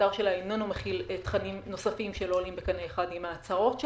שהאתר שלה איננו מכיל תכנים נוספים שלא עולים בקנה אחד עם ההצהרות שלה,